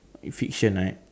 fiction right